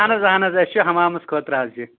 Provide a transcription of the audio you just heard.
اہن حظ اہن حظ اسہِ چھِ حمامس خٲطرٕ حظ یہِ